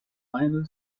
final